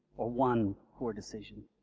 or one poor decision.